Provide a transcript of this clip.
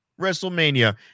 WrestleMania